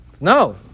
No